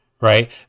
right